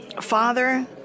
Father